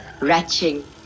retching